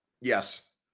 Yes